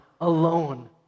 alone